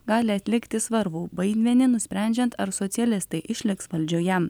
gali atlikti svarbų vaidmenį nusprendžiant ar socialistai išliks valdžioje